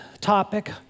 topic